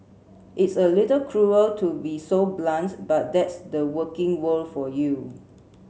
it's a little cruel to be so blunt but that's the working world for you